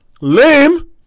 Lame